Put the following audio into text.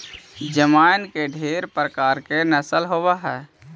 जमाइन के ढेर प्रकार के नस्ल होब हई